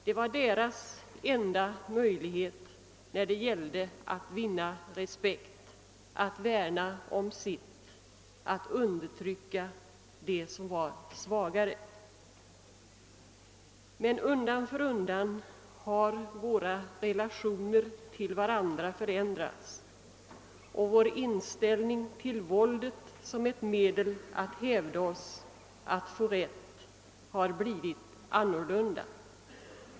Det var deras enda möjlighet när det gällde att vinna respekt, att värna om sitt, att undertrycka den som var svagare. Men undan för undan har våra relationer till varandra förändrats, och vår inställning till våldet som ett medel att hävda oss, att få rätt har blivit en annan.